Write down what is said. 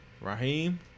Raheem